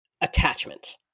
attachment